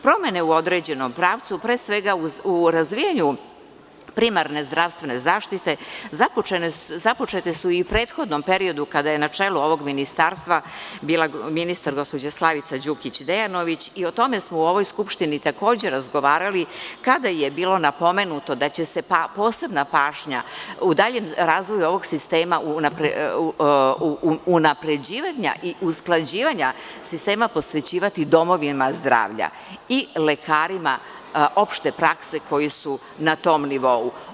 Promene u određenom pravcu, pre svega u razvijanju primarne zdravstvene zaštite, započete su i u prethodnom periodu kada je na čelu ovog ministarstva bila ministar, gospođa Slavica Đukić Dejanović i o tome smo u ovoj Skupštini takođe razgovarali, kada je bilo napomenuto da će se posebna pažnja u daljem razvoju ovog sistema unapređivanja i usklađivanja sistema posvećivati domovima zdravlja i lekarima opšte prakse koji su na tom nivou.